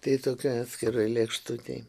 tai tokia yra lėkštutėj